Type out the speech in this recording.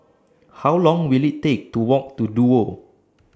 How Long Will IT Take to Walk to Duo